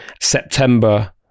September